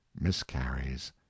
miscarries